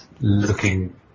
looking